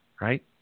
right